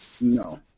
No